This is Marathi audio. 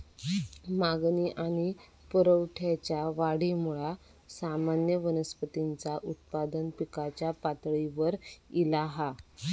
मागणी आणि पुरवठ्याच्या वाढीमुळा सामान्य वनस्पतींचा उत्पादन पिकाच्या पातळीवर ईला हा